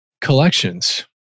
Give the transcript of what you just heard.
collections